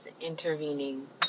intervening